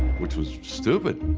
which was stupid,